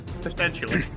Potentially